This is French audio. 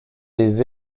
des